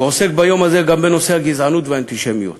ועוסק ביום הזה גם בנושא הגזענות והאנטישמיות.